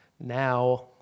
now